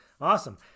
awesome